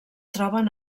troben